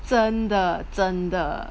真的真的